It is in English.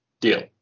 Deal